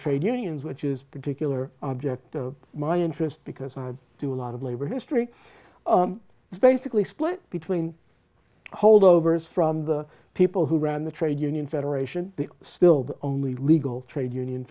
trade unions which is particular object of my interest because i do a lot of labor history is basically split between holdovers from the people who run the trade union federation the still the only legal trade union